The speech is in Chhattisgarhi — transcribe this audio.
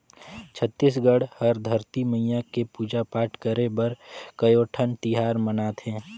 छत्तीसगढ़ हर धरती मईया के पूजा पाठ करे बर कयोठन तिहार मनाथे